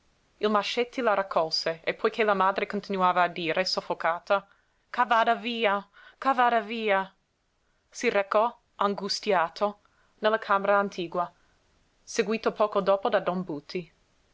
il mascetti la raccolse e poiché la madre continuava a dire soffocata ch'a vada via ch'a vada via si recò angustiato nella camera attigua seguito poco dopo da don buti